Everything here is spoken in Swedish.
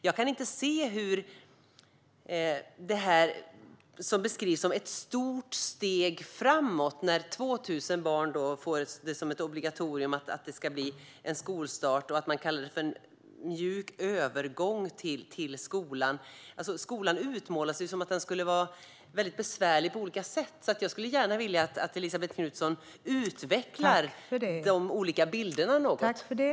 Jag kan inte se varför det som beskrivs som ett stort steg framåt, när det blir obligatoriskt med skolstart för 2 000 barn, ska kallas för en mjuk övergång till skolan. Skolan utmålas som väldigt besvärlig på olika sätt, så jag skulle gärna vilja att Elisabet Knutsson utvecklar de olika bilderna något.